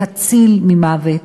להציל ממוות,